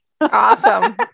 Awesome